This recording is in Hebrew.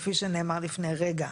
כפי שנאמר לפני רגע,